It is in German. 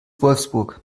wolfsburg